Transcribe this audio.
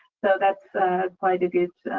so, that's quite a good